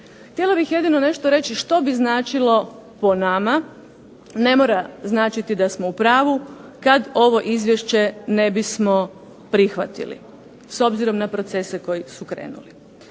Htjela bih jedino nešto reći što bi značilo po nama, ne mora značiti da smo u pravu kad ovo Izvješće ne bismo prihvatili s obzirom na procese koji su krenuli.